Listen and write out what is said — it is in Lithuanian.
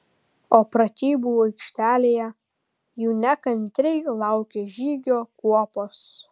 o pratybų aikštelėje jų nekantriai laukė žygio kuopos